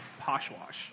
Poshwash